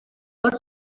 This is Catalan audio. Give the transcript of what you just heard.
per